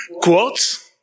quotes